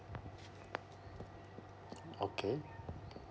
okay